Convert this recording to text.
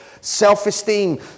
Self-esteem